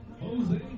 Jose